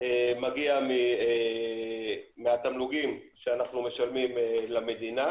מגיע מהתמלוגים שאנחנו משלמים למדינה,